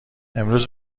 امروز